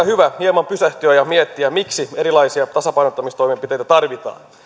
hyvä hieman pysähtyä ja miettiä miksi erilaisia tasapainottamistoimenpiteitä tarvitaan